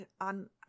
on